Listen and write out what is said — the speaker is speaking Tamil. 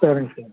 சரிங்க சார்